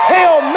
Hell